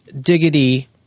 diggity